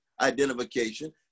identification